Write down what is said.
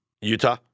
Utah